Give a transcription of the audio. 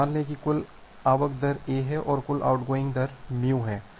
तो मान लें कि कुल आवक दर λ है और कुल आउटगोइंग दर μ है